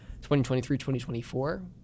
2023-2024